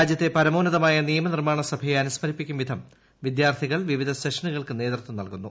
രാജ്യത്തെ പരമോന്നതമായ നിയമനിർമ്മാണ സഭയെ അനുസ്മരിപ്പിക്കും വിധം വിദ്യാർത്ഥികൾ വിവിധ സെഷനുകൾക്ക് നേതൃത്വം നൽകുന്നു